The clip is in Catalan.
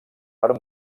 per